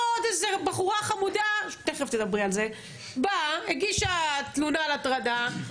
עוד איזה בחורה חמודה באה הגישה תלונה על הטרדה,